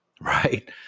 right